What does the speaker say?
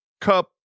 Cup